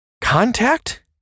Contact